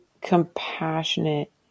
compassionate